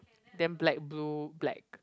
then black blue black